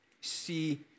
See